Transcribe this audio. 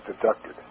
deducted